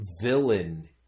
villain